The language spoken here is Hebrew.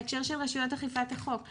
בהקשר של רשויות אכיפת החוק,